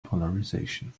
polarization